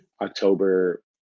October